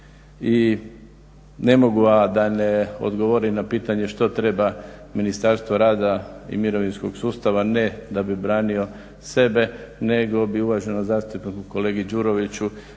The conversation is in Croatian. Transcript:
I ne mogu a da ne odgovorim na pitanje što treba Ministarstvo rada i mirovinskog sustava ne da bi branio sebe nego bi uvaženom zastupniku kolegi Đuroviću